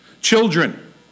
Children